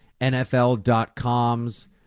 NFL.com's